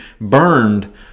burned